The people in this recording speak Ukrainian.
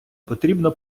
потрібно